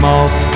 off